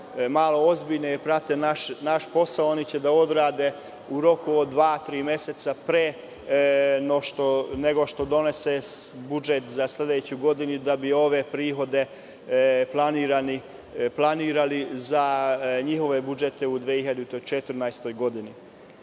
su ozbiljniji i prate naš posao, oni će to da odrade u roku od dva, tri meseca pre nego što se donese budžet za sledeću godinu, da bi ove prihode planirali za njihove budžete u 2014. godini. Nadam